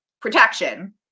protection